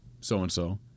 so-and-so